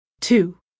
Two